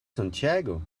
santiago